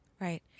Right